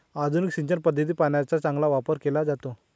आधुनिक सिंचन पद्धतीत पाण्याचा चांगला वापर केला जातो